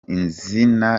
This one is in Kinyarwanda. izina